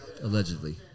allegedly